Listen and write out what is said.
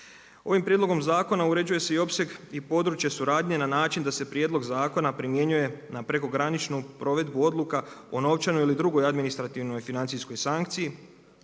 Ovim prijedlogom zakona uređuje se opseg i područje suradnje na način da se prijedlog zakona primjenjuje na prekograničnu provedbu odluka o novčanoj ili drugoj administrativnoj i financijskoj sankciji